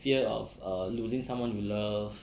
fear of err losing someone you love